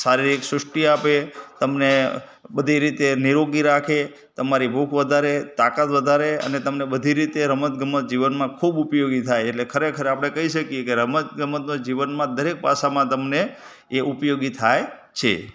શારીરિક સૃષ્ટિ આપે તમને બધી રીતે નિરોગી રાખે તમારી ભૂખ વધારે તાકાત વધારે અને તમને બધી રીતે રમતગમત જીવનમાં ખૂબ ઉપયોગી થાય એટલે ખરેખર આપણે કહી શકીએ કે રમતગમતનો જીવનમાં દરેક પાસામાં તમને એ ઉપયોગી થાય છે